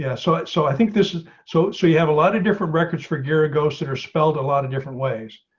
yeah so, so i think this is so, so you have a lot of different records for gear ah ghosts that are spelled a lot of different ways.